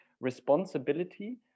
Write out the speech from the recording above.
responsibility